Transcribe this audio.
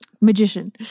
Magician